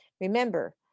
remember